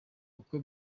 uko